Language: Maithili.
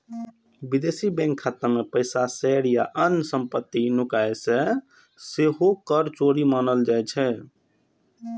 विदेशी बैंक खाता मे पैसा, शेयर आ अन्य संपत्ति नुकेनाय सेहो कर चोरी मानल जाइ छै